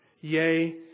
Yea